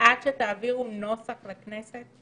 עד שתעבירו נוסח לכנסת?